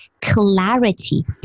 clarity